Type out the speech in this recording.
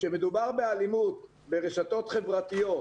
כאשר מדובר באלימות ברשתות חברתיות